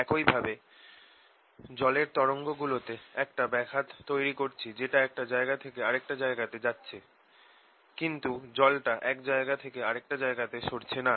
একই ভাবে জলের তরঙ্গগুলো তে একটা ব্যাঘাত তৈরি করছি যেটা একটা জায়গা থেকে আরেকটা জায়গাতে যাচ্ছে কিন্তু জলটা এক জায়গা থেকে আরেক জায়গাতে সরছে না